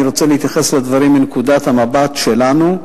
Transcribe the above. אני רוצה להתייחס לדברים מנקודת המבט שלנו,